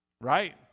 right